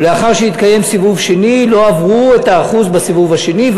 ולאחר שהתקיים סיבוב שני לא עברו את האחוז בסיבוב השני,